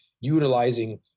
utilizing